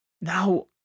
Now